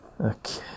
okay